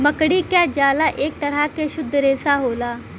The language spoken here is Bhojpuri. मकड़ी क झाला एक तरह के शुद्ध रेसा होला